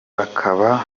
bakaba